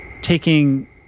Taking